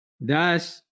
thus